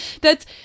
thats